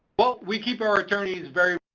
well, we keep our attorneys very,